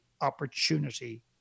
opportunity